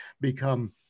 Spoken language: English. become